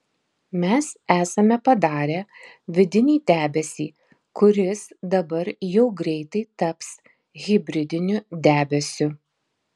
mes esame padarę vidinį debesį kuris dabar jau greitai taps hibridiniu debesiu